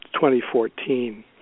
2014